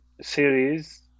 series